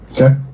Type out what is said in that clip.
Okay